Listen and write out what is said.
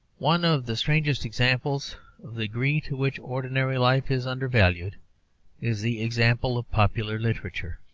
one of the strangest examples of the degree to which ordinary life is undervalued is the example of popular literature,